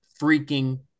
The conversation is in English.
freaking